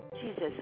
Jesus